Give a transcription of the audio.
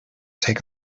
take